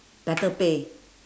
better pay